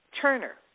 Turner